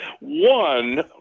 one